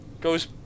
goes